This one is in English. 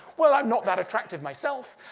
well, i'm not that attractive myself.